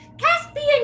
Caspian